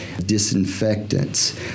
disinfectants